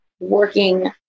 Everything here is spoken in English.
working